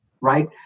right